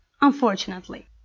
unfortunately